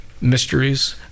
mysteries